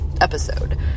episode